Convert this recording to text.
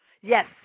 Yes